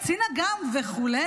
וכו', "קצין אג"ם" וכו',